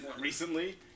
recently